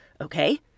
Okay